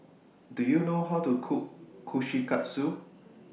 Do YOU know How to Cook Kushikatsu